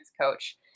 coach